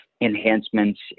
enhancements